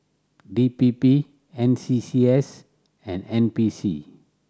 D P P N C C S and N P C